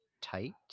tight